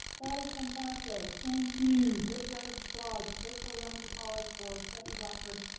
that was fantastic, thank you. big round of applause, virtual round of applause for stephanie blackbird,